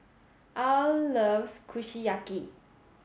Al loves Kushiyaki